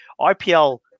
ipl